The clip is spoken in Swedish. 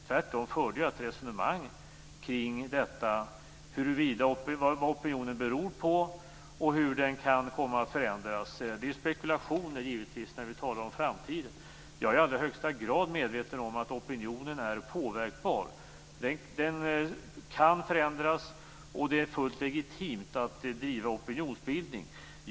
Tvärtom förde jag ett resonemang kring vad opinionen beror på och hur den kan komma att förändras. Det blir givetvis spekulationer när vi talar om framtiden. Jag är i allra högsta grad medveten om att opinionen är påverkbar. Den kan förändras, och det är fullt legitimt att driva opinionsbildning.